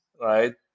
right